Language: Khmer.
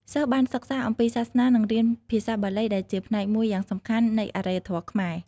សិស្សបានសិក្សាអំពីសាសនានិងរៀនភាសាបាលីដែលជាផ្នែកមួយយ៉ាងសំខាន់នៃអរិយធម៌ខ្មែរ។